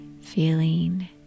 feeling